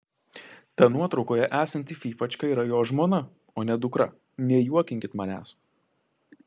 ta nuotraukoje esanti fyfačka yra jo žmona o ne dukra nejuokinkit manęs